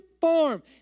form